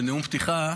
אחרי נאום פתיחה,